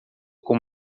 com